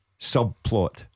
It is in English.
Subplot